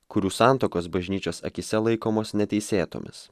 kurių santuokos bažnyčios akyse laikomos neteisėtomis